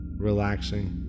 relaxing